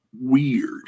weird